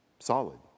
Solid